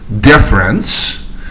difference